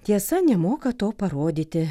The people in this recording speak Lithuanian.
tiesa nemoka to parodyti